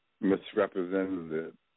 misrepresented